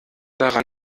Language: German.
daran